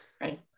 right